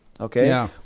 Okay